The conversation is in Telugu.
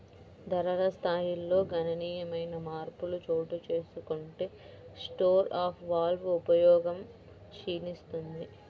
ధరల స్థాయిల్లో గణనీయమైన మార్పులు చోటుచేసుకుంటే స్టోర్ ఆఫ్ వాల్వ్ ఉపయోగం క్షీణిస్తుంది